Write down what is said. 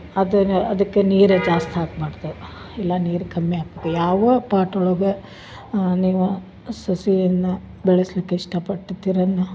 ಅದನ್ನ ಅದಕ್ಕೆ ನೀರೇನು ಜಾಸ್ತಿ ಹಾಕ್ಬಾರದು ಇಲ್ಲ ನೀರು ಕಮ್ಮಿ ಹಾಕಬೇಕು ಯಾವು ಪಾಟ್ ಒಳಗೆ ನೀವು ಸಸಿಯನ್ನ ಬೆಳೆಸ್ಲಿಕ್ಕೆ ಇಷ್ಟಪಟ್ಟಿತ್ತಿರಲ್ಲ